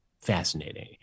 fascinating